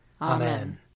Amen